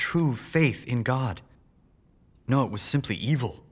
true faith in god no it was simply evil